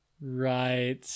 Right